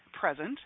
present